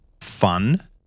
fun